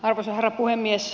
arvoisa herra puhemies